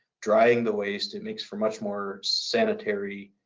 drying the waste, it makes for much more sanitary